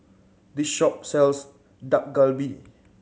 this shop sells Dak Galbi